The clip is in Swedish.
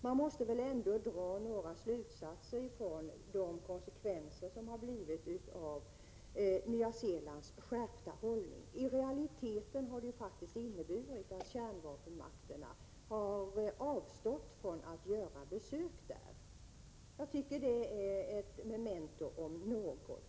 Man måste väl ändå dra några slutsatser av de konsekvenser som kommit fram genom Nya Zeelands skärpta hållning. I realiteten har det faktiskt inneburit att kärnvapenmakterna avstått från att göra besök där. Det tycker jag är ett memento om något.